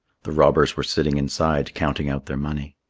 the robbers were sitting inside counting out their money.